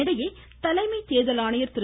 இதனிடையே தலைமை கேர்கல் ஆணையர் திரு